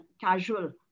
casual